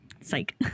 psych